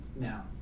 Now